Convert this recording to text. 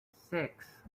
six